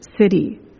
city